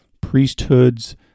priesthoods